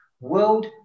world